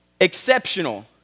Exceptional